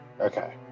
Okay